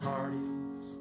Parties